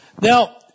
Now